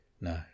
No